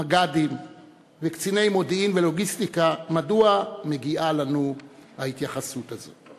מג"דים וקציני מודיעין ולוגיסטיקה: מדוע מגיעה לנו ההתייחסות הזו?